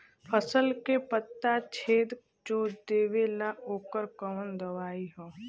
फसल के पत्ता छेद जो देवेला ओकर कवन दवाई ह?